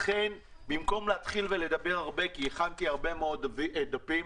לכן במקום לדבר הרבה, כי הכנתי הרבה מאוד דפים,